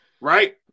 Right